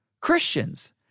Christians